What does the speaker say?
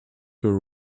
her